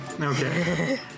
Okay